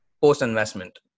post-investment